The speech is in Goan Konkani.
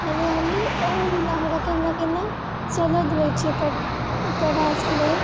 आनी आमी आमकां केन्ना केन्ना चलतयचे पडा आसलें